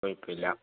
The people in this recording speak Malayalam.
കുഴപ്പമില്ല